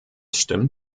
stimmt